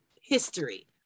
history